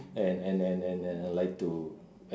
and and and and I like to